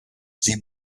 sie